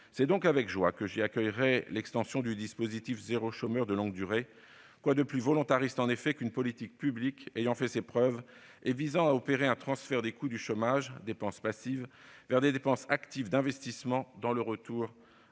C'est donc avec joie que j'accueillerai l'extension du dispositif « territoires zéro chômeur de longue durée ». En effet, quoi de plus volontariste qu'une politique publique ayant fait ses preuves et visant à opérer un transfert des coûts du chômage, qui relèvent des dépenses passives, vers des dépenses actives d'investissement dans le retour à l'emploi